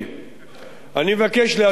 אני מבקש להסיר טעות,